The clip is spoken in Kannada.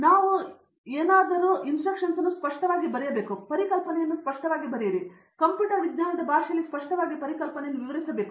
ನಾವು ಅವುಗಳನ್ನು ಸ್ಪಷ್ಟವಾಗಿ ಬರೆಯಬೇಕು ಪರಿಕಲ್ಪನೆಯನ್ನು ಸ್ಪಷ್ಟವಾಗಿ ಬರೆಯಿರಿ ಮತ್ತು ಕಂಪ್ಯೂಟರ್ ವಿಜ್ಞಾನದ ಭಾಷೆಯಲ್ಲಿ ಸ್ಪಷ್ಟವಾಗಿ ಪರಿಕಲ್ಪನೆಯನ್ನು ವಿವರಿಸಬೇಕು